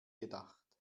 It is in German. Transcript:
gedacht